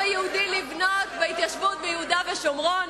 היהודי לבנות בהתיישבות ביהודה ושומרון,